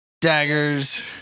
daggers